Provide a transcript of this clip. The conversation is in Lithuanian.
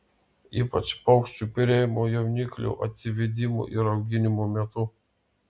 ypač paukščių perėjimo jauniklių atsivedimo ir auginimo metu